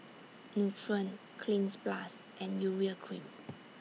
Nutren Cleanz Plus and Urea Cream